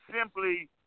simply